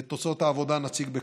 ואת תוצאות העבודה נציג בקרוב.